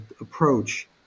approach